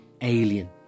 alien